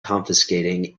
confiscating